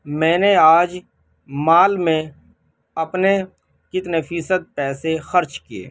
میں نے آج مال میں اپنے کتنے فیصد پیسے خرچ کیے